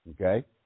Okay